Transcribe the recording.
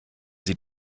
sie